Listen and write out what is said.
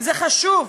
זה חשוב.